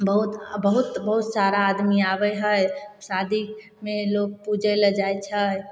बहुत बहुत बहुत सारा आदमी आबै हय शादीमे लोक पूजै लए जाइ छै